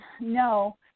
no